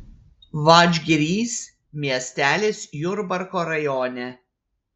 vadžgirys miestelis jurbarko rajone